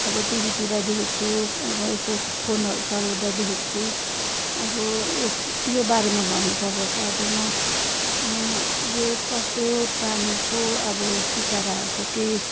अब टिभीतिर देखेको छु अब यसो फोनहरू चलाउँदा देखेको छु अब यस योबारेमा भन्नु पर्दा चाहिँ अब म यो पशु प्राणीहरूको अब बिचराहरूको के